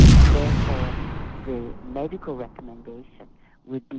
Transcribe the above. and therefore the medical recommendation would